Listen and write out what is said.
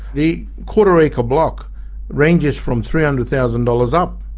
the quarter-acre block ranges from three hundred thousand dollars up,